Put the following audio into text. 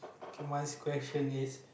okay mines question is